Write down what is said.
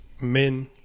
men